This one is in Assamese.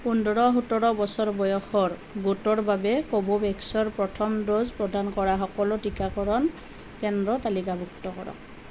পোন্ধৰ সোতৰ বছৰ বয়সৰ গোটৰ বাবে কোভোভেক্সৰ প্ৰথম ড'জ প্ৰদান কৰা সকলো টীকাকৰণ কেন্দ্ৰ তালিকাভুক্ত কৰক